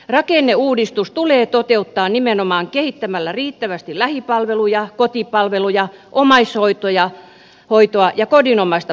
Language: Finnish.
rakenneuudistus tulee toteuttaa nimenomaan kehittämällä riittävästi lähipalveluja kotipalveluja omaishoitoa ja kodinomaista palveluasumista